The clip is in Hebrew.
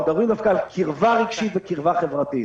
מדברים דווקא על קרבה רגשית וקרבה חברתית.